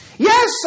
Yes